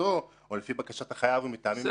מיוזמתו או לפי בקשת החייב ומטעמים מיוחדים.